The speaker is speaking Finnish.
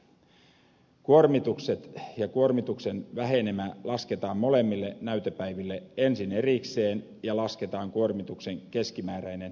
kuormitukset ja kuormituksen vähenemä lasketaan molemmille näytepäiville ensin erikseen ja lasketaan kuormituksen keskimääräinen vähenemä